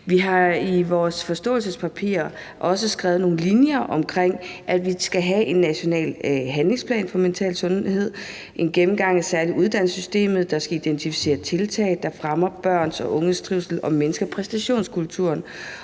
Vi har i vores forståelsespapir også skrevet nogle linjer om, at vi skal have en national handlingsplan for mental sundhed, en gennemgang af særlig uddannelsessystemet, der skal identificere tiltag, der fremmer børn og unges trivsel og mindsker præstationskulturen.